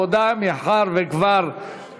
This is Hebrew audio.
העבודה ולצמצום פערים חברתיים (מס הכנסה שלילי) (תיקון,